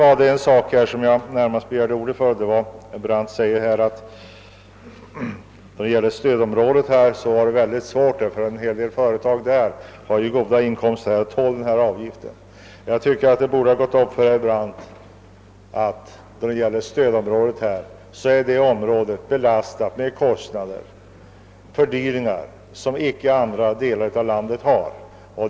Jag begärde emellertid ordet närmast med anledning av herr Brandts yttrande att det var mycket svårt att särbehandla stödområdet, eftersom där finns företag som har goda inkomster och tål en höjd arbetsgivaravgift. Jag tycker att det borde ha gått upp för herr Brandt att stödområdet är belastat med kostnadsfördyringar som andra delar av landet icke har.